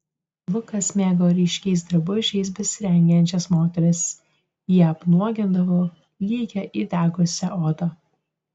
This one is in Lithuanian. lukas mėgo ryškiais drabužiais besirengiančias moteris jie apnuogindavo lygią įdegusią odą